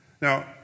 Now